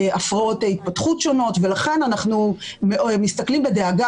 הפרעות התפתחות שונות ולכן אנחנו מסתכלים בדאגה